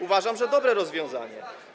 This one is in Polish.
Uważam, że dobre rozwiązanie.